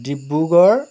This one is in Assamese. ডিব্ৰুগড়